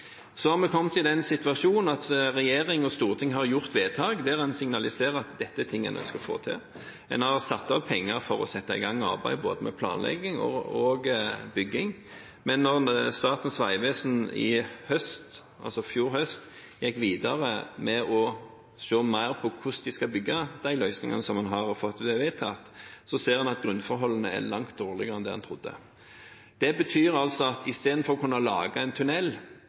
Så har vi kommet i den situasjon at regjering og storting har gjort vedtak der en signaliserer at dette er ting en ønsker få til. En har satt av penger for å sette i gang arbeid med både planlegging og bygging, men da Statens vegvesen i fjor høst gikk videre med å se mer på hvordan de skal bygge de løsningene som en har fått vedtatt, så en at grunnforholdene er langt dårligere enn det en trodde. Så istedenfor å kunne lage en tunnel